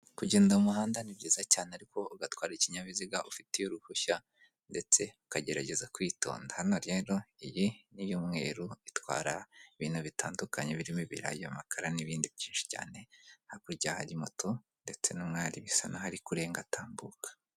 Kugenda mu muhanda ni byiza cyane ariko ugatwara ikinyabiziga ufitiye uruhushya ndetse ukagerageza kwitonda, hano rero iyi niy'umweru itwara ibintu bitandukanye birimo: ibirayi, amakara, n'ibindi byinshi cyane, hakurya hari moto ndetse n'umwari bisa nnkaho ari kurenga atambuka.